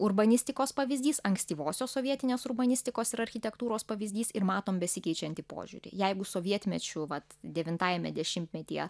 urbanistikos pavyzdys ankstyvosios sovietinės urbanistikos ir architektūros pavyzdys ir matom besikeičiantį požiūrį jeigu sovietmečiu vat devintajame dešimtmetyje